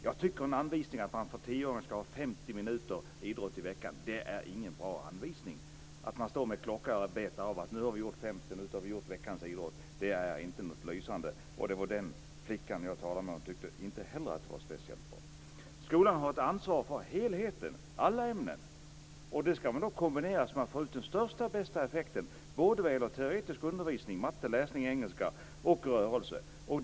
Jag tycker att anvisningen att en tioåring ska ha 50 minuter idrott i veckan inte är en bra anvisning. Det är inte lysande att stå med klockan och mäta att vi nu har gjort veckans idrott. Den flickan jag talade med tyckte inte heller att det var speciellt bra. Skolan har ett ansvar för helheten, alla ämnen. Det ska kombineras så att man får ut största och bästa effekten, både vad gäller teoretisk undervisning - matte, läsning, engelska - och rörelse.